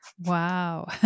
Wow